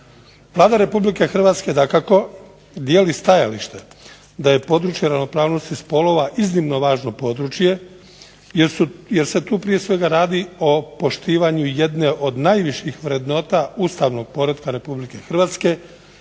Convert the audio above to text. Vlada Republike Hrvatske dakako dijeli stajalište da je područje ravnopravnosti spolova iznimno važno područje jer se tu prije svega radi o poštivanju jedne od najviših vrednota ustavnog poretka RH i temelja